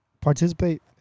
Participate